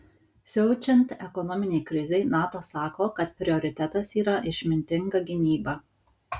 siaučiant ekonominei krizei nato sako kad prioritetas yra išmintinga gynyba